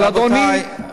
אבל אדוני,